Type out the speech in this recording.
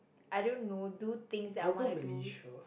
I don't know do things that I want to do